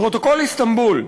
פרוטוקול איסטנבול,